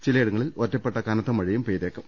ചിലയിടങ്ങളിൽ ഒറ്റപ്പെട്ട കനത്ത മഴയും പെയ്തേക്കും